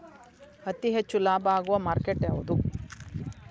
ಅತಿ ಹೆಚ್ಚು ಲಾಭ ಆಗುವ ಮಾರ್ಕೆಟ್ ಯಾವುದು?